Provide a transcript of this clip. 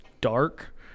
dark